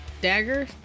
dagger